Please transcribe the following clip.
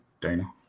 Dana